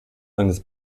eines